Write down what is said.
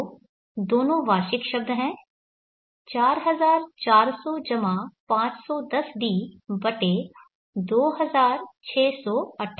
तो दोनों वार्षिक शब्द हैं 4400 510d2628